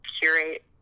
curate